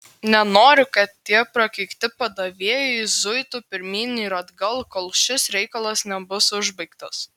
nenoriu kad tie prakeikti padavėjai zuitų pirmyn ir atgal kol šis reikalas nebus užbaigtas